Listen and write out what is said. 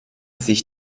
sich